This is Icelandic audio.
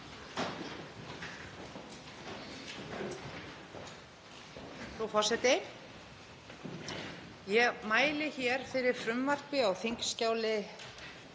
Frú forseti. Ég mæli hér fyrir frumvarpi á þskj.